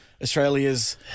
Australia's